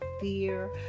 fear